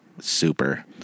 super